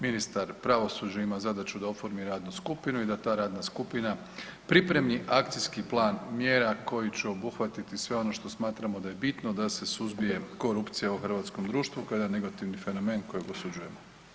Ministar pravosuđa ima zadaću da oformi radnu skupinu i da ta radna skupina pripremi akcijski plan mjera koji će obuhvatiti sve ono što smatramo da je bitno da se suzbije korupcija u hrvatskom društvu, kao jedan negativni fenomen kojeg osuđujemo.